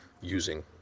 using